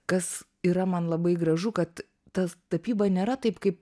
kas yra man labai gražu kad ta tapyba nėra taip kaip